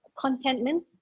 contentment